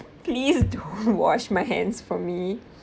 please don't wash my hands from me